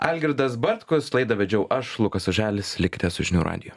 algirdas bartkus laidą vedžiau aš lukas oželis likite su žinių radiju